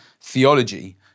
theology